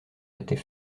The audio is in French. était